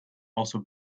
also